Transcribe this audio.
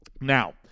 Now